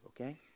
okay